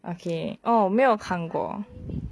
okay oh 我没有看过